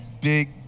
big